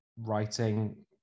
writing